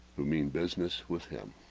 who mean business with him